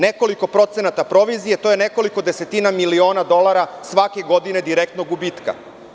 Nekoliko procenata provizije je nekoliko desetina miliona dolara svake godine direktnog gubitka.